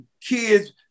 kids